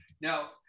Now